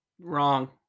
Wrong